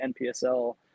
NPSL